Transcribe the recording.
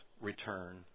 return